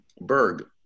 Berg